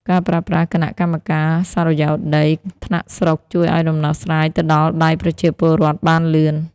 ការប្រើប្រាស់ "គណៈកម្មការសុរិយោដី" ថ្នាក់ស្រុក ជួយឱ្យដំណោះស្រាយទៅដល់ដៃប្រជាពលរដ្ឋបានលឿន។